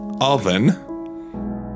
Oven